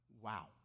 Wow